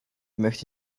möchte